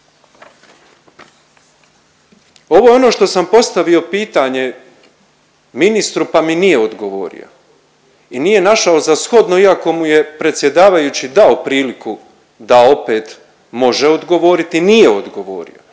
Ovo je ono što sam postavio pitanje ministru pa mi nije odgovorio i nije našao za shodno iako mu je predsjedavajući dao priliku da opet može odgovoriti, nije odgovorio.